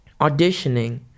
auditioning